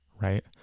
Right